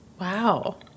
Wow